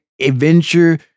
adventure